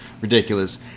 ridiculous